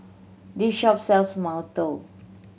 this shop sells mantou